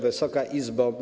Wysoka Izbo!